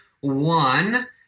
one